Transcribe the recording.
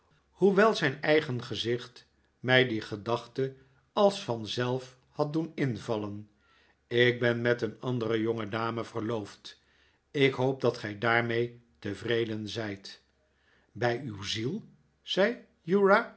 hoewel zijn eigen gezicht mij die gedachte als van zelf had doen invallen ik ben met een andere jonge dame verloofd ik hoop dat gij daarmee tevreden zijt bij uw ziel zei